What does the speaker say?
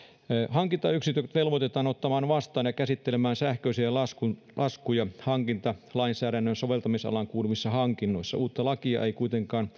hankintayksiköt velvoitetaan ottamaan vastaan ja käsittelemään sähköisiä laskuja hankintalainsäädännön soveltamisalaan kuuluvissa hankinnoissa uutta lakia ei kuitenkaan